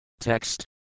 Text